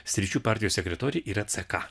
sričių partijų sekretoriai yra ce ka